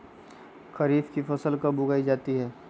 खरीफ की फसल कब उगाई जाती है?